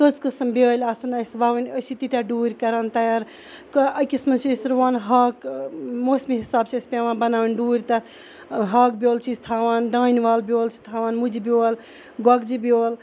کٔژ قسم بیٲلۍ آسَن اَسہِ وَوٕنۍ أسۍ چھِ تیٖتیاہ ڈوٗرۍ کَران تیار کانٛہہ أکِس مَنٛز چھِ أسۍ رُوان ہاکہ موسمہٕ حِساب چھِ اَسہِ پیٚوان بَناوٕنۍ ڈوٗرۍ تتھ ہاکھ بیول چھِ أسۍ تھاوان دانِول بیول چھِ تھاوان مُجہِ بیول گۄگجہِ بیول